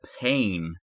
pain